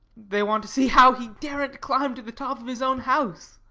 they want to see how he daren't climb to the top of his own house.